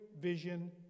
vision